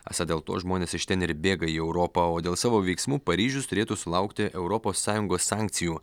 esą dėl to žmonės iš ten ir bėga į europą o dėl savo veiksmų paryžius turėtų sulaukti europos sąjungos sankcijų